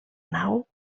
nau